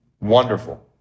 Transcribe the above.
Wonderful